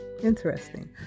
Interesting